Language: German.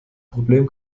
problem